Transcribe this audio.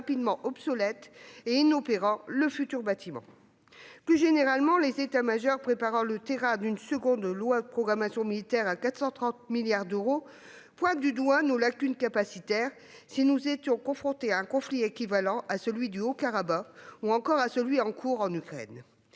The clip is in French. rapidement obsolète et inopérant le futur bâtiment. Plus généralement, les états-majors, préparant le terrain pour une seconde LPM à 430 milliards d'euros, pointent du doigt nos lacunes capacitaires si nous étions confrontés à un conflit équivalent à celui du Haut-Karabagh ou encore à celui en cours en Ukraine.